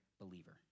believer